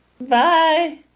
Bye